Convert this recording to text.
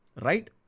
Right